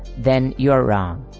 then you are wrong.